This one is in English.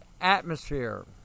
atmosphere